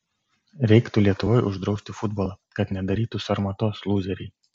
reiktų lietuvoj uždraust futbolą kad nedarytų sarmatos lūzeriai